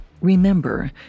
Remember